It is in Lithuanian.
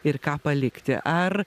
ir ką palikti ar